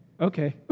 Okay